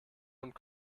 und